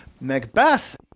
Macbeth